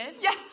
Yes